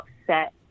upset